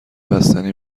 بستنی